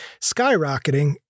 skyrocketing